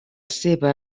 seva